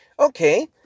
Okay